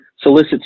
solicit